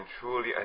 truly